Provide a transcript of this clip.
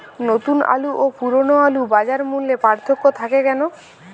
নতুন আলু ও পুরনো আলুর বাজার মূল্যে পার্থক্য থাকে কেন?